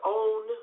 own